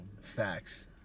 Facts